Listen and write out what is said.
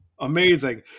amazing